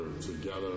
together